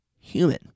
human